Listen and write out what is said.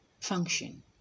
function